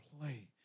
play